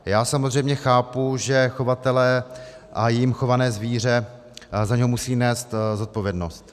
Já samozřejmě chápu, že chovatele a jím chované zvíře za něj musí nést zodpovědnost.